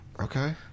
Okay